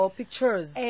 pictures